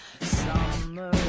summer